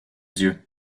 dieux